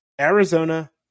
Arizona